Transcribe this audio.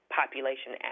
population